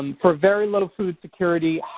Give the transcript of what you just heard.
um for very low food security,